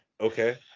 Okay